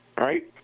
Right